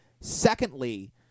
Secondly